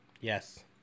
yes